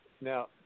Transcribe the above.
Now